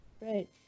Right